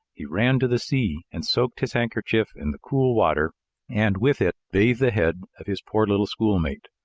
he ran to the sea and soaked his handkerchief in the cool water and with it bathed the head of his poor little schoolmate.